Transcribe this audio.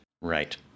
Right